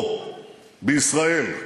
פה בישראל.